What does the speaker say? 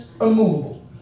immovable